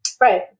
Right